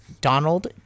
Donald